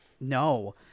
No